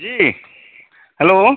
जी hello